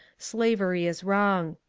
slavery is wrong!